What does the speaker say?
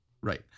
Right